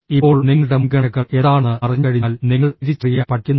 ഇപ്പോൾ നിങ്ങളുടെ മുൻഗണനകൾ എന്താണെന്ന് അറിഞ്ഞുകഴിഞ്ഞാൽ നിങ്ങൾ തിരിച്ചറിയാൻ പഠിക്കുന്നു